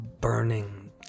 burning